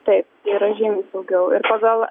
taip yra žymiai daugiau ir pagal es